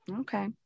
Okay